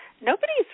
nobody's